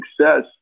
success